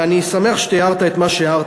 ואני שמח שאתה הערת את מה שהערת,